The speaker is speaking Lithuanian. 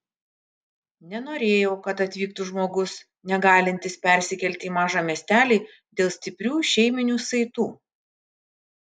nenorėjau kad atvyktų žmogus negalintis persikelti į mažą miestelį dėl stiprių šeiminių saitų